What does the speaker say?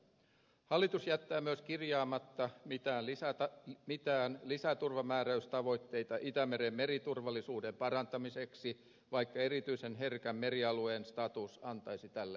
hallitus jättää myös kirjaamatta mitään lisäturvamääräystavoitteita itämeren meriturvallisuuden parantamiseksi vaikka erityisen herkän merialueen status antaisi tälle oikeuden